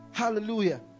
hallelujah